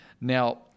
Now